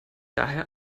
daher